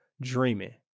dreaming